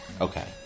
Okay